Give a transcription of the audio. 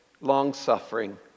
long-suffering